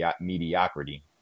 mediocrity